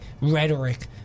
rhetoric